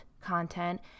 content